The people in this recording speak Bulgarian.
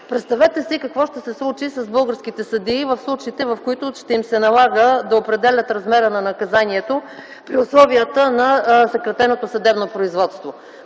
представете си какво ще се случи с българските съдии в случаите, в които ще им се налага да определят размера на наказанието при условията на съкратеното съдебно производство.